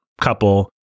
couple